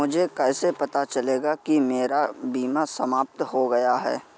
मुझे कैसे पता चलेगा कि मेरा बीमा समाप्त हो गया है?